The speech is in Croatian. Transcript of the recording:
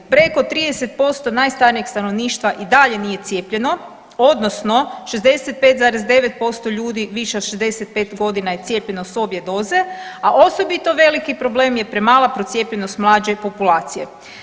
Preko 30% najstarijeg stanovništva i dalje nije cijepljeno odnosno 65,9% ljudi više od 65 godina je cijepljeno s obje doze, a osobito veliki problem je premala procijepljenost mlađe populacije.